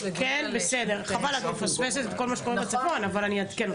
וכרגע מפקד המחוז נמצא במשחק מלחמה שם.